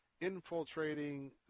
Infiltrating